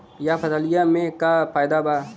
यह फसलिया में का फायदा बा?